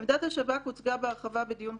עמדת השב"כ הוצגה בהרחבה בדיון הקודם,